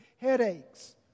headaches